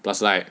plus like